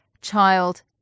Child